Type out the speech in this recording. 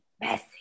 Messy